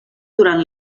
durant